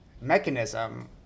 mechanism